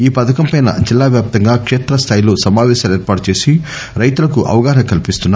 ఈ పథకంపై జిల్లా వ్యాప్తంగా కేత్రస్థాయిలో సమాపేశాలు ఏర్పాటు చేసి రైతులకు అవగాహన కల్పిస్తున్నారు